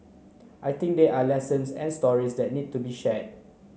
I think there are lessons and stories that need to be share